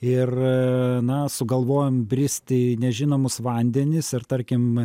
ir na sugalvojom bristi nežinomus vandenis ir tarkim